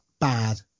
bad